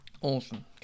Awesome